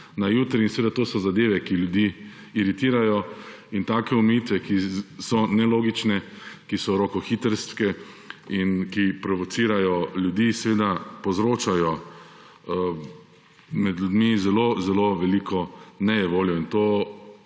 na jutri in seveda, to so zadeve, ki ljudi iritirajo in take omejitve, ki so nelogične, ki so rokohitrske in ki provocirajo ljudi, seveda povzročajo med ljudmi zelo, zelo veliko nejevoljo in to,